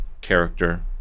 character